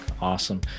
Awesome